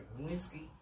Lewinsky